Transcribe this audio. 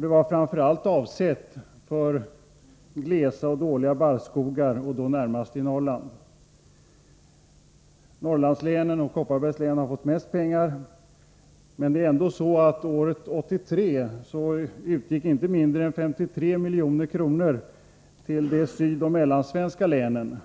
Det var framför allt avsett för glesa och dåliga barrskogar, närmast i Norrland. Norrlandslänen och Kopparbergs län har fått mest pengar, men år 1983 utgick ändå inte mindre än 53 milj.kr. till de sydoch mellansvenska länen.